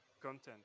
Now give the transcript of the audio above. content